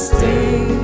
Stay